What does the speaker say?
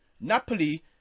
Napoli